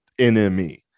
NME